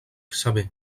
sever